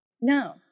No